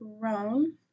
grown